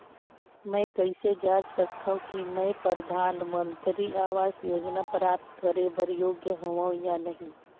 मैं कइसे जांच सकथव कि मैं परधानमंतरी आवास योजना प्राप्त करे बर योग्य हववं या नहीं?